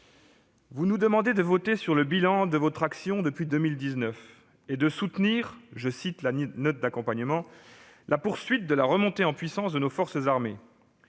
Vous nous demandez de nous prononcer sur le bilan de votre action depuis 2019 et de soutenir- je cite la note d'accompagnement -« la poursuite de la remontée en puissance de nos forces armées ».